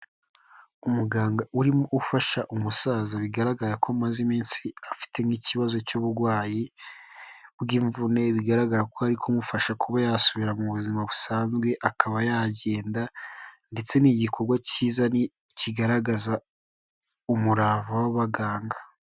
Umuganga urimo ufasha umusaza bigaragara ko amaze iminsi afite nk'ikibazo cy'uburwayi bw'imvune, bigaragara ko ari kumufasha kuba yasubira mu buzima busanzwe, akaba yagenda ndetse ni igikorwa kiza kigaragaza umurava w'abaganga.